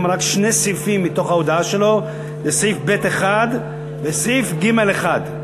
זה רק שני סעיפים מתוך ההודעה שלו: סעיף ב(1) וסעיף ג(1).